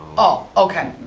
oh, okay.